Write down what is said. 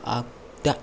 आग्दा